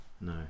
No